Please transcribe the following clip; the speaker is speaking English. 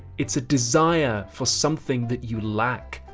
it's a desire for something that you lack.